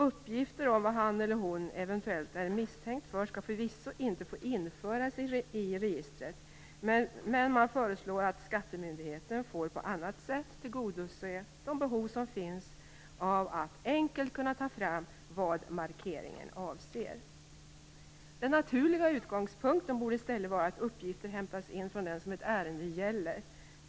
Uppgifter om vad han eller hon eventuellt är misstänkt för skall förvisso inte få införas i registret, men regeringen föreslår att skattemyndigheten på annat sätt skall få tillgodose de behov som finns av att enkelt kunna ta fram vad markeringen avser. Den naturliga utgångspunkten borde i stället vara att uppgifter hämtas in från den som ett ärende gäller.